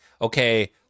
okay